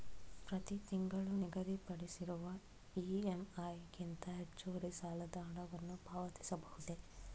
ಪ್ರತಿ ತಿಂಗಳು ನಿಗದಿಪಡಿಸಿರುವ ಇ.ಎಂ.ಐ ಗಿಂತ ಹೆಚ್ಚುವರಿ ಸಾಲದ ಹಣವನ್ನು ಪಾವತಿಸಬಹುದೇ?